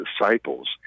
disciples